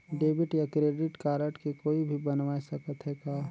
Debit या credit card के कोई भी बनवाय सकत है का?